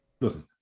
Listen